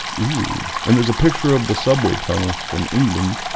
oh and there's a picture of the subway tunnel from england